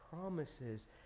promises